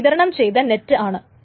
അത് വിതരണം ചെയ്ത നെറ്റ് ആണ്